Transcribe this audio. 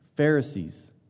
Pharisees